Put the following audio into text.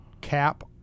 cap